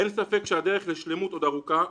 אין ספק שהדרך לשלמות עוד ארוכה,